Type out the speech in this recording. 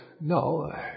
No